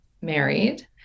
married